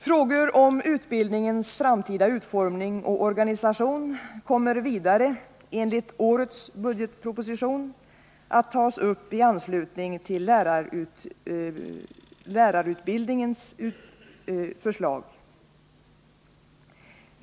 Frågor om fortbildningens framtida utformning och organisation kommer vidare enligt årets budgetproposition att tas upp i anslutning till lärarutbildningens förslag.